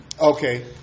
Okay